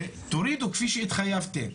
ותורידו כפי שהתחייבתם,